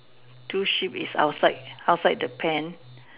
two sheep is outside outside the pen